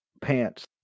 pants